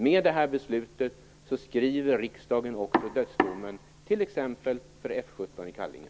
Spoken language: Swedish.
Med det här beslutet skriver riksdagen också dödsdomen för t.ex. F 17 i Kallinge.